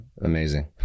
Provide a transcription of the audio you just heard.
amazing